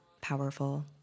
powerful